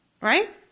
right